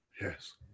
Yes